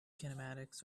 kinematics